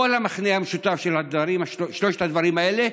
כל המכנה המשותף של שלושת הדברים האלה,